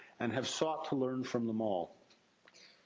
and have sought to learn from them all.